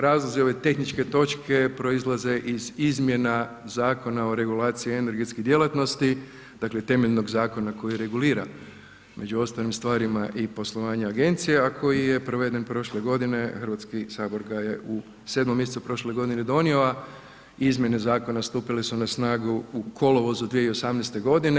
Razlozi ove tehničke točke proizlaze iz izmjena Zakona o regulaciji energetskih djelatnosti, dakle temeljnog zakona koji regulira među ostalim stvarima i poslovanje agencija, a koji je proveden prošle godine, Hrvatski sabor ga je u 7. mjesecu prošle godine donio, a izmjene zakona stupile su na snagu u kolovoz 2018. godine.